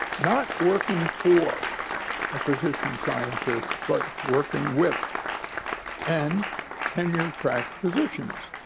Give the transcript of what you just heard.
not working for a physician scientist but working with and tenure track physicians.